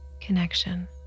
connection